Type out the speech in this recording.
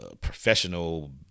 professional